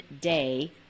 day